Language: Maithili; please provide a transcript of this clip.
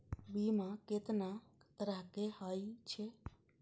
बीमा केतना तरह के हाई छै?